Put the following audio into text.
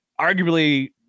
arguably